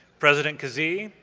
president kazee,